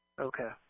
Okay